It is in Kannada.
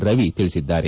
ರವಿ ತಿಳಿಸಿದ್ದಾರೆ